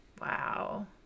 Wow